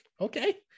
okay